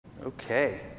Okay